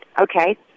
Okay